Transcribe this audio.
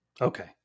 Okay